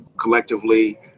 collectively